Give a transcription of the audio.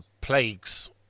plagues